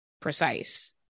precise